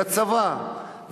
לצבא.